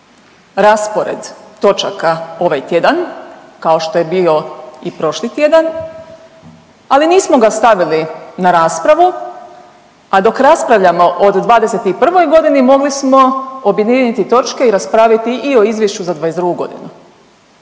raspored točaka ovaj tjedan kao što je bio i prošli tjedan, ali nismo ga stavili na raspravu, a dok raspravljamo o 2021. godini mogli smo objediniti točke i raspraviti i o Izvješću za 2022. godinu.